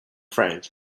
frank